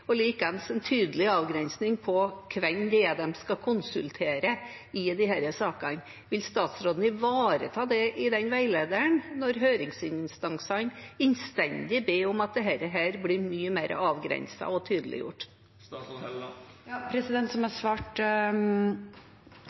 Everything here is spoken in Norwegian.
en tydelig avgrensning av hvem de skal konsultere i disse sakene. Vil statsråden svare på det i den veilederen – når høringsinstansene innstendig ber om at dette blir mye mer avgrenset og